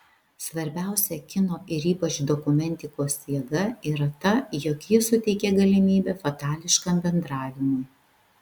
svarbiausia kino ir ypač dokumentikos jėga yra ta jog ji suteikia galimybę fatališkam bendravimui